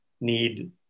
need